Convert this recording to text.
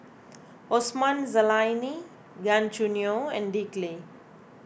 Osman Zailani Gan Choo Neo and Dick Lee